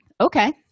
Okay